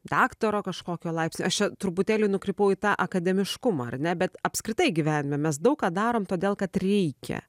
daktaro kažkokio laipsnio aš čia truputėlį nukrypau į tą akademiškumą ar ne bet apskritai gyvenime mes daug ką darom todėl kad reikia